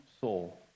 soul